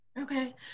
Okay